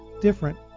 different